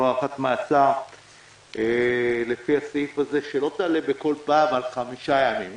"הארכת מעצר לפי סעיף קטן זה לא תעלה על 5 ימים בכל פעם".